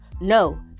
no